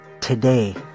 Today